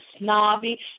snobby